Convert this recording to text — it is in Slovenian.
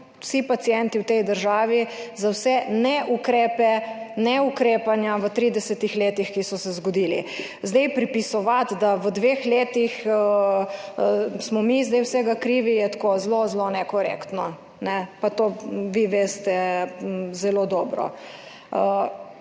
vsi pacienti v tej državi za vsa neukrepanja v 30 letih, ki so se zgodila. Zdaj pripisovati, da smo v dveh letih mi zdaj vsega krivi, je zelo, zelo nekorektno, pa vi to zelo dobro